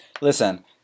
listen